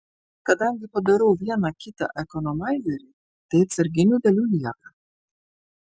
kadangi padarau vieną kitą ekonomaizerį tai atsarginių dalių lieka